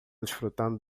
desfrutando